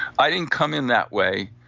i didn't come in that way.